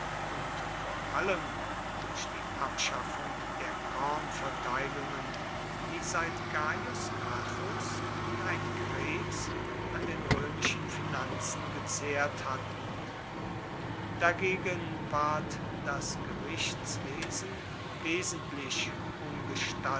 und vor allem durch die abschaffung der kornverteilungen die seit gaius gracchus wie ein krebs an den römischen finanzen gezehrt hatten dagegen ward das gerichtswesen wesentlich